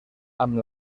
amb